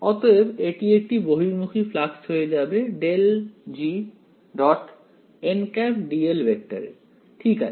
অতএব এটি একটি বহির্মুখী ফ্লাক্স হয়ে যাবে ∇G · dl ভেক্টরের ঠিক আছে